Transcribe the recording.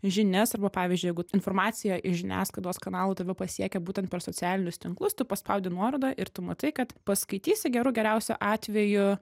žinias arba pavyzdžiui jeigu informacija iš žiniasklaidos kanalų tave pasiekia būtent per socialinius tinklus tu paspaudi nuorodą ir tu matai kad paskaitysi gerų geriausiu atveju